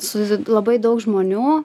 su labai daug žmonių